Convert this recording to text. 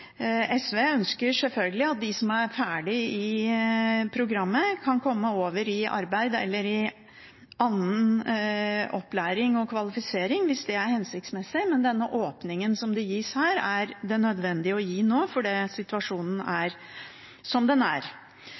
SV ønsker selvfølgelig at de som er ferdig i programmet, kan komme over i arbeid, eller i annen opplæring og kvalifisering – hvis det er hensiktsmessig – men denne åpningen som gis her, er det nødvendig å gi nå fordi situasjonen er som den er.